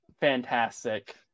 fantastic